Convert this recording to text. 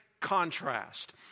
Contrast